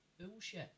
bullshit